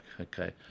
okay